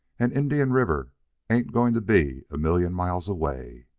and indian river ain't going to be a million miles away.